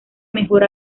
mejor